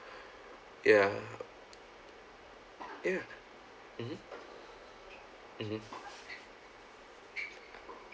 ya ya mmhmm mmhmm